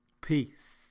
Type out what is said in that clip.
Peace